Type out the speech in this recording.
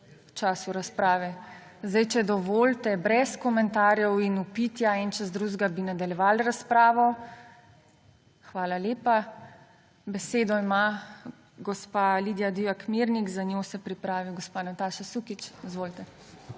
času razprave. Zdaj, če dovolite, brez komentarjev in vpitja en čez drugega bi nadaljevali razpravo. Hvala lepa. Besedo ima gospa Lidija Divjak Mirnik, za njo se pripravi gospa Nataša Sukič. Izvolite.